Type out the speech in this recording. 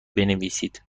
بنویسید